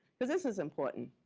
because this is important.